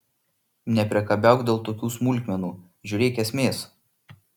nepriekabiauk dėl tokių smulkmenų žiūrėk esmės